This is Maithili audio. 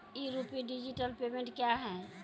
ई रूपी डिजिटल पेमेंट क्या हैं?